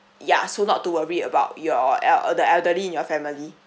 yeah so not to worry about your el~ uh the elderly in your family